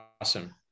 awesome